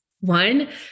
one